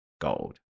gold